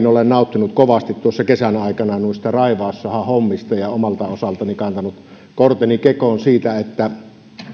olen nauttinut kovasti kesän aikana noista raivaussahahommista ja omalta osaltani kantanut korteni kekoon siinä että